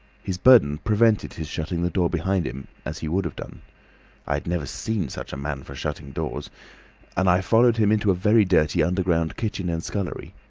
his burden prevented his shutting the door behind him as he would have done i never saw such a man for shutting doors and i followed him into a very dirty underground kitchen and scullery.